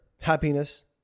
happiness